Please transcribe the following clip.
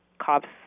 cops